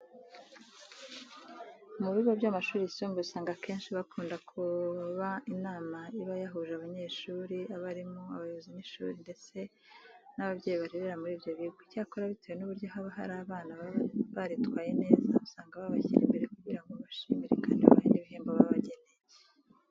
Mu bigo by'amashuri yisumbuye usanga akenshi hakunda kuba inama iba yahuje abanyeshuri, abarimu, abayobozi b'ishuri ndetse n'ababyeyi barerera muri ibyo bigo. Icyakora bitewe n'uburyo haba hari abana baba baritwaye neza, usanga babashyira imbere kugira ngo babashimire kandi babahe n'ibihembo babageneye.